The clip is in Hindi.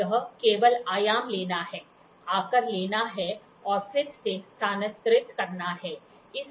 यह केवल आयाम लेना है आकार लेना है और फिर इसे स्थानांतरित करना है